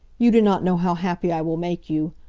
you do not know how happy i will make you.